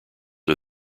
are